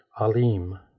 Alim